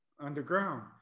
underground